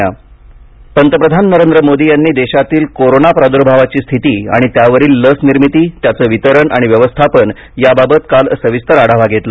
पंतप्रधान पंतप्रधान नरेंद्र मोदी यांनी देशातील कोरोना प्रादुर्भावाची स्थिती आणि त्यावरील लसनिर्मिती त्याचं वितरण आणि व्यवस्थापन याबाबत काल सविस्तर आढावा घेतला